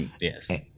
Yes